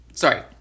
sorry